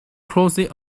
crossing